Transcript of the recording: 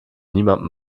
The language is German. niemandem